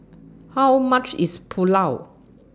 How much IS Pulao